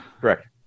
Correct